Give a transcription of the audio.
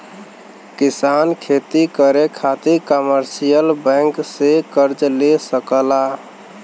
किसान खेती करे खातिर कमर्शियल बैंक से कर्ज ले सकला